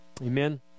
Amen